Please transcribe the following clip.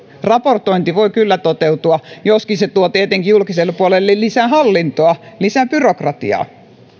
raportointi voi kyllä toteutua joskin se tuo tietenkin julkiselle puolelle lisää hallintoa ja lisää byrokratiaa